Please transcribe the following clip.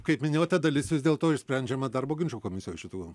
kaip minėjote dalis vis dėl to išsprendžiama darbo ginčų komisijoj šitų